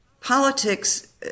politics